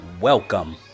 Welcome